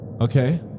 okay